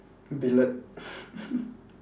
billiard